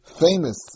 famous